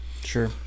Sure